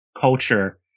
culture